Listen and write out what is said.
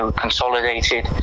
consolidated